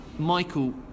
Michael